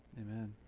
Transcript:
amen.